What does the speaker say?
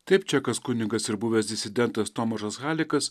taip čekas kunigas ir buvęs disidentas tomašas halikas